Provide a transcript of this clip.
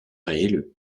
réélu